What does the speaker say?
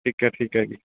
ਠੀਕ ਹੈ ਠੀਕ ਹੈ ਜੀ